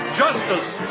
justice